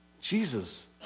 Jesus